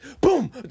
Boom